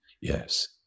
Yes